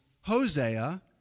Hosea